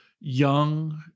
young